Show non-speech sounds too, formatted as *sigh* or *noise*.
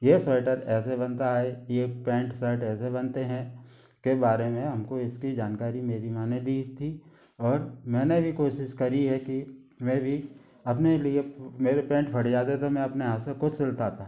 यह स्वेटर ऐसे बनता है ये पैंट शर्ट ऐसे बनते हैं *unintelligible* के बारे में हमको इसकी जानकारी मेरी माँ ने दी थी और मैंने भी कोशिश करी है कि मैं भी अपने लिए मेरे पैंट फट जाता तो मैं अपने हाथों खुद सिलता था